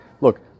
look